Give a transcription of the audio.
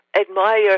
admire